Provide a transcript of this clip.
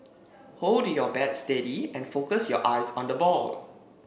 hold your bat steady and focus your eyes on the ball